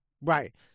Right